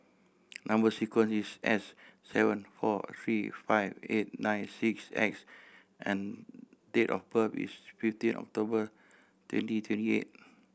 number sequence is S seven four three five eight nine six X and date of birth is fifteen October twenty twenty eight